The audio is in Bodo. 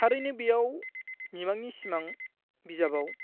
थारैनो बेयाव मिमांनि सिमां बिजाबाव